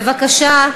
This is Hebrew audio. בבקשה,